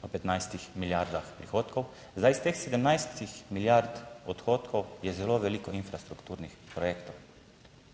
pa 15 milijardah prihodkov. Iz teh 17 milijard odhodkov je zelo veliko infrastrukturnih projektov.